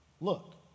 look